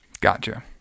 gotcha